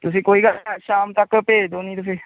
ਤੁਸੀਂ ਕੋਈ ਗੱਲ ਨਹੀਂ ਅੱਜ ਸ਼ਾਮ ਤੱਕ ਭੇਜ ਦਿਉ ਨਹੀਂ ਤਾਂ ਫਿਰ